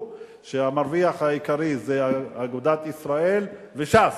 שהמרוויח העיקרי זה אגודת ישראל וש"ס.